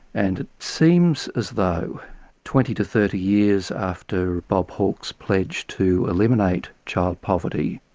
and it seems as though twenty to thirty years after bob hawke's pledge to eliminate child poverty,